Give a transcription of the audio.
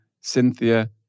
Cynthia